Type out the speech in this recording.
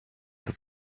used